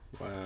Wow